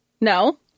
no